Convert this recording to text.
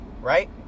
right